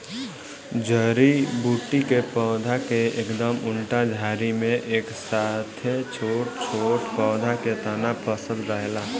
जड़ी बूटी के पौधा के एकदम उल्टा झाड़ी में एक साथे छोट छोट पौधा के तना फसल रहेला